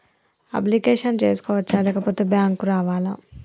Application చేసుకోవచ్చా లేకపోతే bank రావాలా?